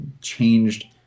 changed